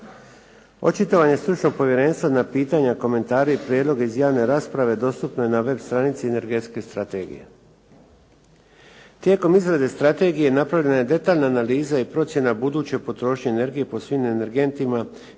Očitovanje stručnog povjerenstva na pitanja, komentare i prijedloge iz javne rasprave dostupno je na web stranici Energetske strategije. Tijekom izrade strategije napravljena je detaljna analiza i procjena buduće potrošnje energije po svim energentima